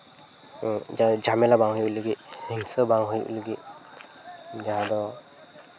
ᱡᱟᱦᱟᱸ ᱡᱷᱟᱢᱮᱞᱟ ᱵᱟᱝ ᱦᱩᱭᱩᱜ ᱞᱟᱹᱜᱤᱫ ᱦᱤᱝᱥᱟᱹ ᱵᱟᱝ ᱦᱩᱭᱩᱜ ᱞᱟᱹᱜᱤᱫ ᱡᱟᱦᱟᱸ ᱫᱚ